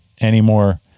anymore